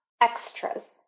extras